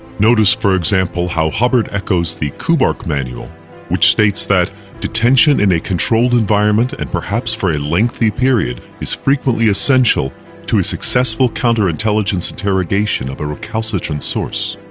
notice for example how hubbard echoes the kubark manual which states that detention in a controlled environment, and perhaps for a lengthy period, is frequently essential to a successful counterintelligence interrogation of a recalcitrant source.